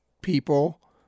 people